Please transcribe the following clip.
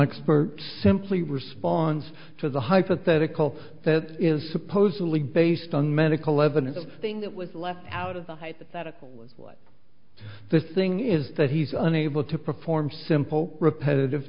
expert simply responds to the hypothetical that is supposedly based on medical evidence of thing that was left out of the hypothetical the thing is that he's unable to perform simple repetitive